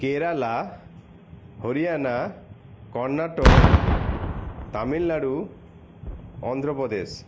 Kerala Haryana Karnataka Tamil Nadu Andhra Pradesh